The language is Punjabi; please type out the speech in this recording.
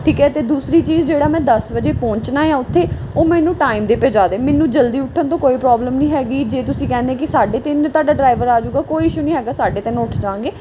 ਠੀਕ ਹੈ ਅਤੇ ਦੂਸਰੀ ਚੀਜ਼ ਜਿਹੜਾ ਮੈਂ ਦਸ ਵਜੇ ਪਹੁੰਚਣਾ ਆ ਉੱਥੇ ਉਹ ਮੈਨੂੰ ਟਾਈਮ 'ਤੇ ਪਹੁੰਚਾ ਦੇ ਮੈਨੂੰ ਜਲਦੀ ਉੱਠਣ ਤੋਂ ਕੋਈ ਪ੍ਰੋਬਲਮ ਨਹੀਂ ਹੈਗੀ ਜੇ ਤੁਸੀਂ ਕਹਿੰਦੇ ਕਿ ਸਾਢੇ ਤਿੰਨ ਤੁਹਾਡਾ ਡਰਾਈਵਰ ਆ ਜਾਊਗਾ ਕੋਈ ਇਸ਼ੂ ਨਹੀਂ ਹੈਗਾ ਸਾਢੇ ਤਿੰਨ ਉਠ ਜਾਂਗੇ